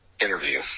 interview